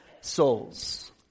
souls